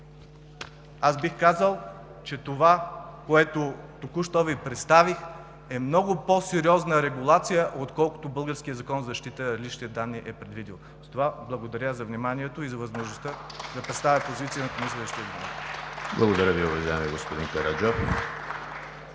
Аз бих казал, че това, което току-що Ви представих, е много по-сериозна регулация, отколкото българският Закон за защита на личните данни е предвидил. С това благодаря за вниманието и за възможността да представя позицията на Комисията.